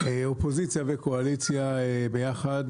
אופוזיציה וקואליציה יחד